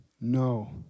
No